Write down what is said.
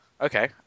Okay